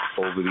over